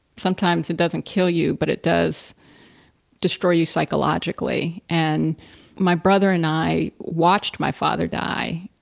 sometimes it doesn't kill you, but it does destroy you psychologically. and my brother and i watched my father die.